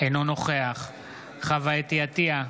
אינו נוכח חוה אתי עטייה,